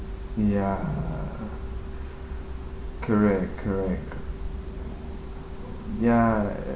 ya correct correct ya